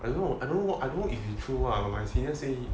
I don't know I don't know I don't know if is true ah my senior say